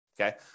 okay